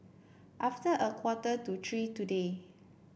after a quarter to three today